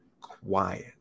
quiet